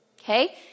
Okay